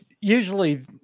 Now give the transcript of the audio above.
usually